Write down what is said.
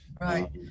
right